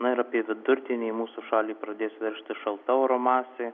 na ir apie vidurdienį į mūsų šalį pradės veržtis šalta oro masė